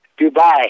Dubai